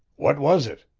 what was it?